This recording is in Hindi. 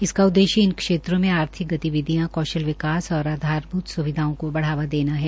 इसका उद्देश्य इन क्षेत्रों में आर्थिक गतिविधियां कौशल विकास और आधारभूत सुविधाओं को बढ़ावादेना है